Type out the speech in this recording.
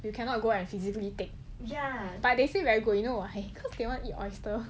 you cannot go and physically take but they say very good you know why cause they want to eat oyster